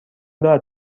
دارد